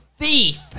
Thief